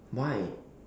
why